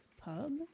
pub